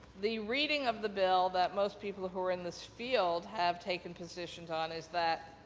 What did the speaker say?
the reading of the bill that most people who are in this field have taken positions on, is that,